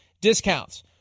discounts